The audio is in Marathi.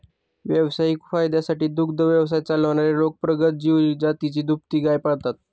व्यावसायिक फायद्यासाठी दुग्ध व्यवसाय चालवणारे लोक प्रगत जातीची दुभती गाय पाळतात